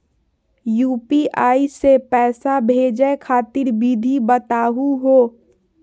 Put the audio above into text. UPI स पैसा भेजै खातिर विधि बताहु हो?